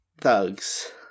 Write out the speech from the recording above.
thugs